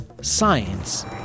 science